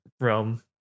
realm